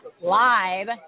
live